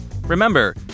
Remember